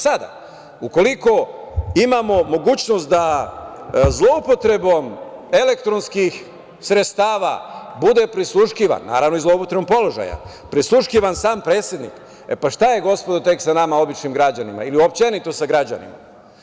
Sada, ukoliko imamo mogućnost da zloupotrebom elektronskih sredstava bude prisluškivan, naravno i zloupotrebom položaja, bude prisluškivan sam predsednik, šta je, gospodo, tek sa nama običnim građanima ili uopšte sa građanima?